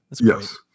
Yes